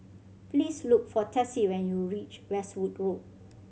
please look for Tessie when you reach Westwood Road